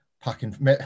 packing